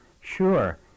Sure